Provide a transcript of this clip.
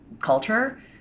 culture